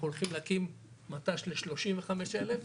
אנחנו הולכים להקים מט"ש לשלושים וחמש אלף,